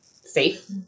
safe